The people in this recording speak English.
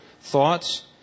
thoughts